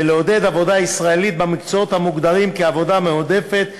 ולעודד עבודה ישראלית במקצועות המוגדרים כעבודה מועדפת,